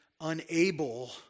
unable